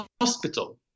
hospital